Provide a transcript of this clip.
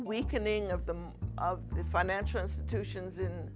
weakening of the of the financial institutions in